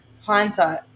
Hindsight